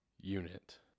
unit